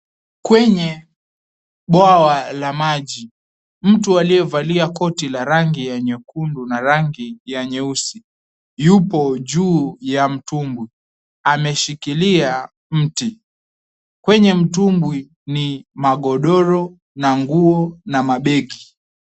Kwenye bwawa la maji mtu aliyevalia koti la rangi ya nyekundu na rangi ya nyeusi, yupo juu ya mtumbwi ameshikilia mti. Kwenye mtumbwi ni magodoro, nguo na mabegi.